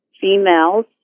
females